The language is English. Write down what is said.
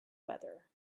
weather